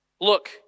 Look